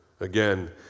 Again